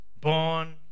born